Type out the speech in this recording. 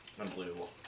Unbelievable